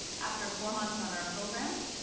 after four months on our program,